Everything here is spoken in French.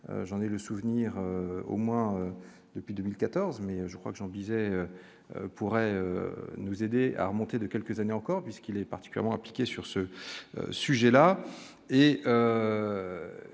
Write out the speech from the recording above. j'en ai le souvenir au moins depuis 2014, mais je crois que Jean Bizet, pourrait nous aider à remonter de quelques années encore, puisqu'il est parti, comment appliquer sur ce sujet-là